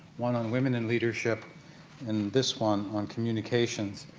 one on women and leadership and this one on communication.